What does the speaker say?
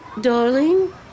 Darling